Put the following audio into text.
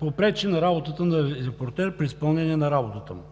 попречи на работата на репортер, при изпълнение на работата му